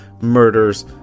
murders